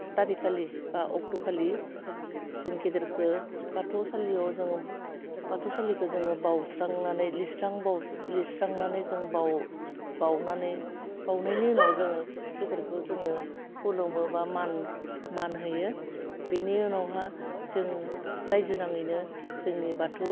थारिकखालि बा अक्ट'खालि जों गेदेरखो बाथौसालियाव जों बाथौसालिखो जोङो बाउस्रांनानै लिरस्रां बाउ लिरस्रांनानै जों बाउ बाउनानै बाउनायनि उनाव जोङो गेदेरखो जोङो खुलुमो बा मान मान होयो बेनि उनावहा जों रायजो नाङैनो जोंनि बाथौ